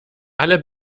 alle